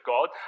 God